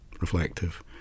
reflective